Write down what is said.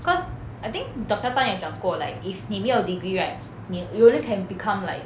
cause I think doctor tan 有讲过 like if 你没有 degree right 你 you only can become like